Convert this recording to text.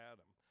Adam